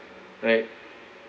right